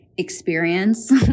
experience